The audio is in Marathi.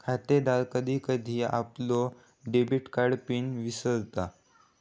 खातेदार कधी कधी आपलो डेबिट कार्ड पिन विसरता